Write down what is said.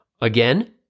Again